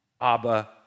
Abba